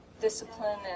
discipline